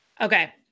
Okay